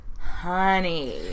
Honey